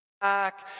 back